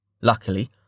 Luckily